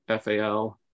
FAL